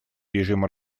режима